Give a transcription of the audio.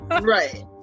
Right